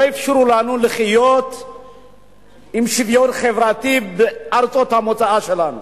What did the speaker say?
לא אפשרו לנו לחיות בשוויון חברתי בארצות המוצא שלנו.